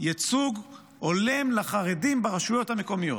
ייצוג הולם לחרדים ברשויות המקומיות.